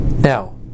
Now